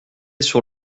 sur